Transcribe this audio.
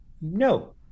no